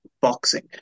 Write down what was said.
boxing